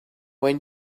when